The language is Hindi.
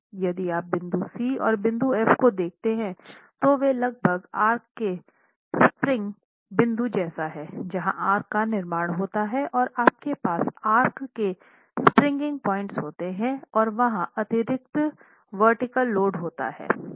यदि आप बिंदु C और बिंदु F को देखते हैं तो वे लगभग आर्क के स्प्रिंग बिंदु जैसे हैं जहां आर्क का निर्माण होता है और आपके पास आर्क के स्प्रिंगिंग पॉइंट्स होते हैं और वहां अतिरिक्त वर्टीकल लोड होता है